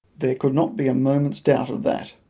there could not be a moment's doubt of that,